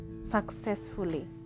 successfully